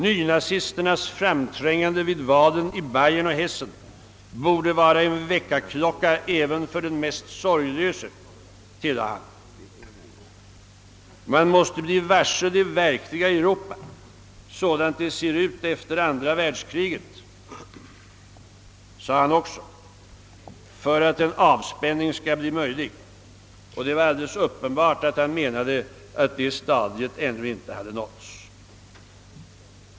Nynazisternas framträngande vid valen i Bayern och Hessen borde vara en väckarklocka även för den mest sorglöse, tillade han. Man måste bli varse det verkliga Europa sådant det ser ut efter andra världskriget för att en avspänning skall bli möjlig, sade han också. Det var alldeles uppenbart att han menade att det stadiet ännu inte hade nåtts.